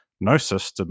Gnosis